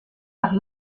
par